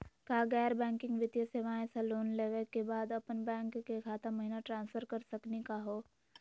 का गैर बैंकिंग वित्तीय सेवाएं स लोन लेवै के बाद अपन बैंको के खाता महिना ट्रांसफर कर सकनी का हो?